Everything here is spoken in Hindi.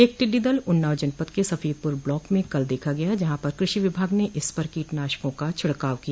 एक टिड्डी दल उन्नाव जनपद के सफीपूर ब्लॉक में कल देखा गया जहां पर क्रषि विभाग ने इस पर कीटनाशकों का छिड़काव किया